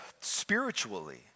spiritually